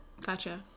Gotcha